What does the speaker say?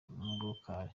murukali